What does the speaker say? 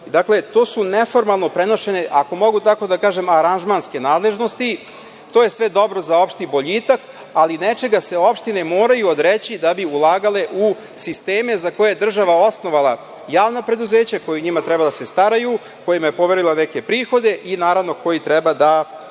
Dakle, to neformalno prenošenje, ako mogu tako da kažem, aranžmanske nadležnosti, to je sve dobro za opšti boljitak, ali nečega se opštine moraju odreći da bi ulagale u sisteme za koje je država osnovala javna preduzeća koji o njima treba da se staraju, kojima je poverila neke prihode i naravno koji treba da